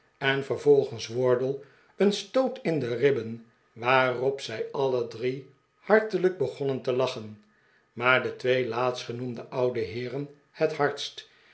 en vervolgens wardle een stoot in de ribben waarop zij alle drie hartelijk begonnen te lachen maar de twee laatstgenoemde oude heeren het hardst